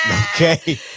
Okay